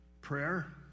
Prayer